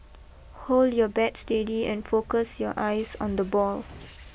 hold your bat steady and focus your eyes on the ball